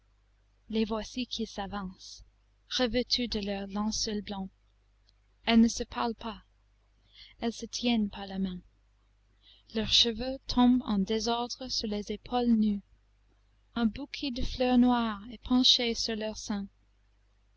les voici qui s'avancent revêtues de leur linceul blanc elles ne se parlent pas elles se tiennent par la main leurs cheveux tombent en désordre sur leurs épaules nues un bouquet de fleurs noires est penché sur leur sein